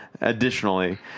Additionally